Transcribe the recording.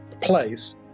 place